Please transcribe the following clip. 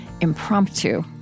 Impromptu